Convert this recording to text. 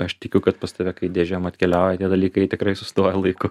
aš tikiu kad pas tave kai dėžėm atkeliauja tie dalykai tikrai sustoja laiku